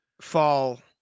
fall